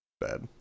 Bad